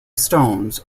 stones